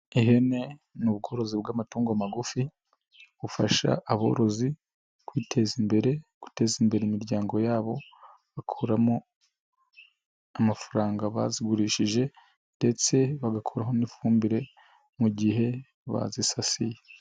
Ihene n'ubworozi bw'amatungo magufi, bufasha aborozi kwiteza imbere, guteza imbere imiryango yabo bakuramo amafaranga bazigurishije, ndetse bagakuramo n'ifumbire mu gihe bazisasiye.